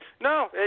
No